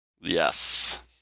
Yes